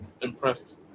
impressed